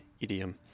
idiom